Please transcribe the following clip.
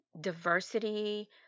diversity